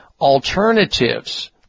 alternatives